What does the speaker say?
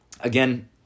again